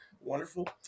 wonderful